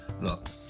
look